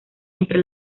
entre